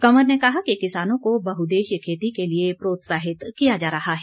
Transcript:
कंवर ने कहा कि किसानों को बहुददेशीय खेती के लिए प्रोत्साहित किया जा रहा है